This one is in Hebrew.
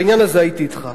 בעניין הזה הייתי אתך.